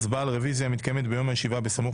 הצבעה על רביזיה המתקיימת ביום הישיבה בסמוך